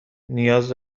نیاز